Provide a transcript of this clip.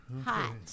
Hot